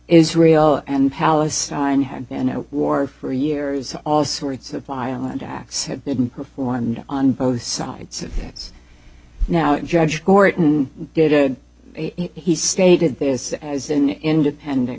israel and palestine had been at war for years all sorts of violent acts have been performed on both sides it's now judge gorton did he stated this as an independent